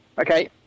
Okay